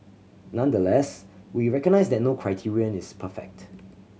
nonetheless we recognise that no criterion is perfect